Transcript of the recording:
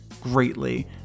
greatly